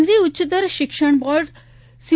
કેન્દ્રીય ઉચ્ચતર શિક્ષણ બોર્ડ સી